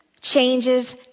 changes